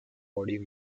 body